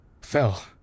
fell